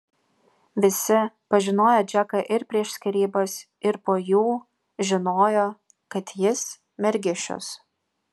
visi pažinoję džeką ir prieš skyrybas ir po jų žinojo kad jis mergišius